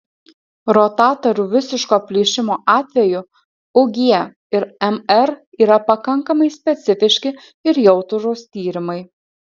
rotatorių visiško plyšimo atveju ug ir mr yra pakankamai specifiški ir jautrūs tyrimai